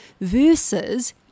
versus